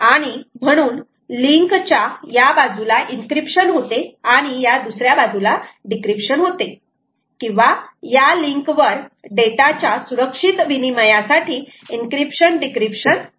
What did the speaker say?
आणि म्हणून लिंक च्या या बाजूला इंक्रीप्शन होते आणि या दुसऱ्या बाजूला डिक्रीप्शन होते किंवा या लिंक वर डेटा च्या सुरक्षित विनिमयासाठी इंक्रीप्शन डिक्रीप्शन होते